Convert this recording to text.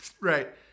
right